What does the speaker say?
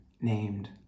named